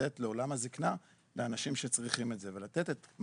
מעתיקים לעולם הזקנה עבור אותם קשישים במטרה לתת גם